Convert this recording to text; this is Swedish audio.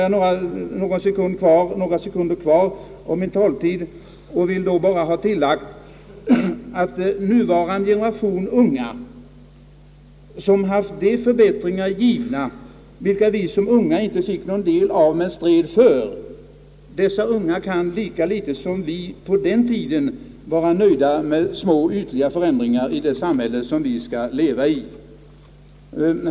Jag kanske har några sekunder kvar att tala. Då vill jag ha tillagt att nuvarande generation unga, som fått del av de förbättringar som vi som unga inte fick någon del av men strävat för, kan lika litet som vi på den tiden vara nöjda med små ytliga förändringar i det samhälle som de skall leva i.